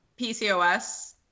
PCOS